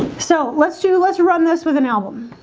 so let's do let's run this with an album